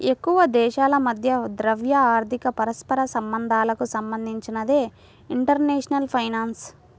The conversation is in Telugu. ఎక్కువదేశాల మధ్య ద్రవ్య, ఆర్థిక పరస్పర సంబంధాలకు సంబంధించినదే ఇంటర్నేషనల్ ఫైనాన్స్